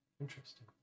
Interesting